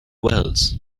wells